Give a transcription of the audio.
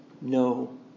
no